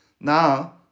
now